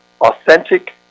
authentic